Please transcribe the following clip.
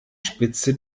spitze